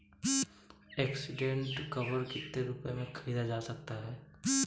Accident cover कितने रुपए में खरीदा जा सकता है?